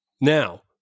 now